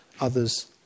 others